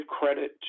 credit